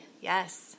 Yes